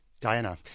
Diana